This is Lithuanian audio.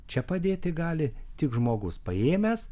čia padėti gali tik žmogus paėmęs